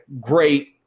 great